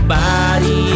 body